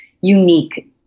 unique